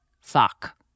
Fuck